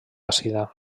àcida